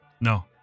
No